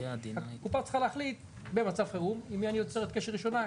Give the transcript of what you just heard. הקופה צריכה להחליט במצב חירום עם מי היא יוצרת קשר ראשונה.